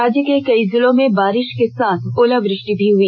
राज्य के कई जिलों में बरिष के साथ ओलावृष्टि भी हुई